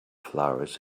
flowers